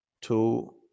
two